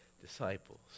disciples